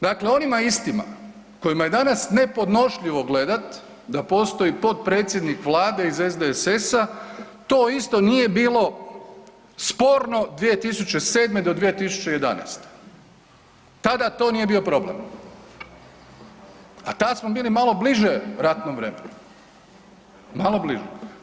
Dakle, onima istima kojima je danas nepodnošljivo gledat da postoji potpredsjednik vlade iz SDSS-a to isto nije bilo sporno 2007. do 2011., tada to nije bio problem, a tad smo bili malo bliže ratnom vremenu, malo bliže.